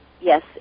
yes